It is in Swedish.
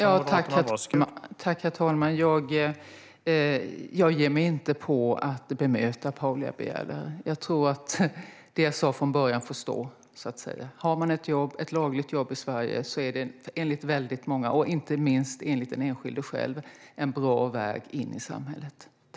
Herr talman! Jag ger mig inte på att bemöta Paula Bieler. Jag tror att det jag sa från början får stå för sig självt. Om man har ett lagligt jobb i Sverige är det enligt väldigt många, inte minst enligt den enskilde själv, en bra väg in i samhället.